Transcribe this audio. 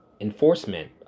enforcement